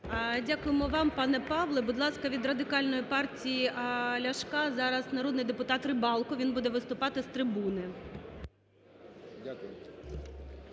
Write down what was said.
Дякуємо вам, пане Павле. Будь ласка, від Радикальної партії Ляшка зараз народний депутат Рибалка. Він буде виступати з трибуни.